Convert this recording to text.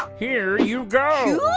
here you go.